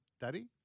Daddy